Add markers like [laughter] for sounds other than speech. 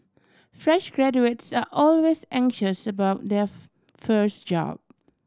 fresh graduates are always anxious about their [unintelligible] first job